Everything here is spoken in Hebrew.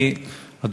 ואת, ממלחמה למלחמה.